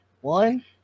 One